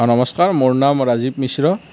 অ নমস্কাৰ মোৰ নাম ৰাজীৱ মিশ্ৰ